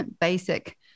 basic